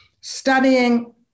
studying